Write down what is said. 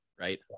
right